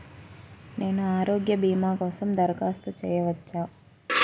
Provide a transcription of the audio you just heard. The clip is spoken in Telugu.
నేను ఆరోగ్య భీమా కోసం దరఖాస్తు చేయవచ్చా?